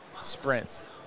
sprints